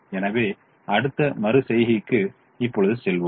எனவே அடுத்த மறு செய்கைக்கு இப்பொழுது செல்வோம்